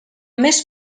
més